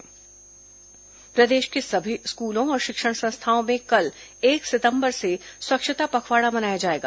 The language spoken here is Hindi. स्वच्छता पखवाड़ा प्रदेश के सभी स्कूलों और शिक्षण संस्थाओं में कल एक सितम्बर से स्वच्छता पखवाड़ा मनाया जाएगा